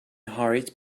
hurried